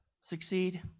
succeed